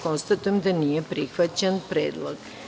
Konstatujem da nije prihvaćen predlog.